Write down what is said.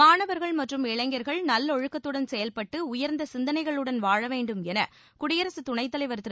மாணவர்கள் மற்றும் இளைஞர்கள் நல்லொழுக்கத்துடன் செயல்பட்டு உயர்ந்த சிந்தனைகளுடன் வாழ வேண்டும் என குடியரசு துணைத் தலைவர் திரு